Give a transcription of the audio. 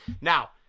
Now